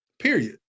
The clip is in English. period